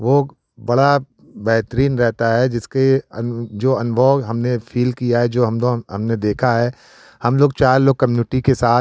वो बड़ा बेहतरीन रहता है जिसके जो अनुभव हमने फ़ील किया है जो अनुभव हमने देखा है हम लोग चार लोग कम्यूनिटी के साथ